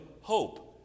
hope